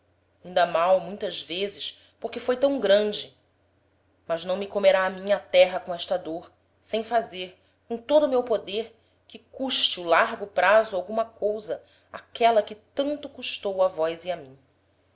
inda mal muitas vezes porque foi tam grande mas não me comerá a mim a terra com esta dôr sem fazer com todo o meu poder que custe o largo praso alguma cousa áquela que tanto custou a vós e a mim